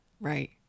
Right